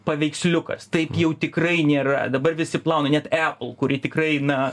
paveiksliukas taip jau tikrai nėra dabar visi plauna net epl kuri tikrai na